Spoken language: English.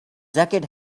jacket